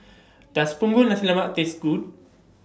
Does Punggol Nasi Lemak Taste Good